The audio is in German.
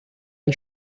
ein